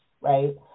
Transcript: right